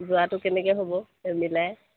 যোৱাটো কেনেকৈ হ'ব মিলাই